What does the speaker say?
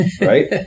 Right